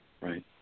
Right